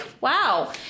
wow